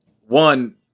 one